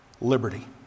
liberty